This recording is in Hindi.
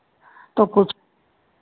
तो कुछ